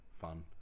fun